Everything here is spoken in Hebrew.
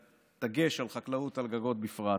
בדגש על חקלאות על גגות בפרט.